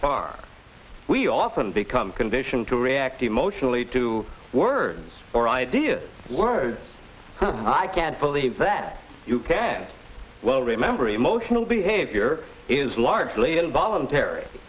far we often become conditioned to react emotionally to words or ideas words i can't believe that you can well remember emotional behavior is largely involuntary